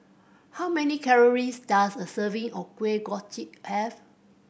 how many calories does a serving of Kuih Kochi have